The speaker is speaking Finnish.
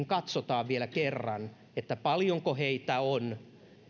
katsotaan vielä kerran paljonko heitä on